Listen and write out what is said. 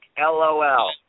LOL